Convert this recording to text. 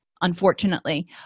unfortunately